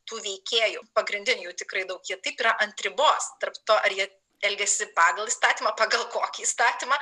tų veikėjų pagrindinių jų tikrai daug jie taip yra ant ribos tarp to ar jie elgiasi pagal įstatymą pagal kokį įstatymą